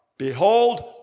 Behold